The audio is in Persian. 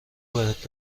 بهت